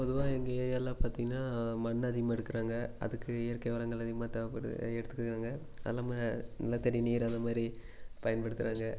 பொதுவாக எங்கள் ஏரியாவில் பார்த்திங்கன்னா மண் அதிகமாக எடுக்கிறாங்க அதுக்கு இயற்கை உரங்கள் அதிகமாக தேவைப்படுது எடுத்துக்கிறாங்க அது இல்லாமல் நிலத்தடி நீர் அந்த மாதிரி பயன்படுத்துகிறாங்க